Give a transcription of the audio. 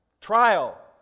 trial